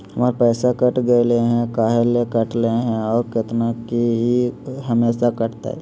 हमर पैसा कट गेलै हैं, काहे ले काटले है और कितना, की ई हमेसा कटतय?